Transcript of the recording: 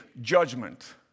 judgment